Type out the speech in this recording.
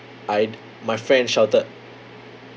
I'd my friend shouted